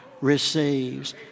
receives